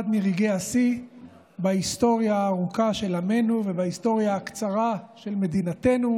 אחד מרגעי השיא בהיסטוריה הארוכה של עמנו ובהיסטוריה הקצרה של מדינתנו,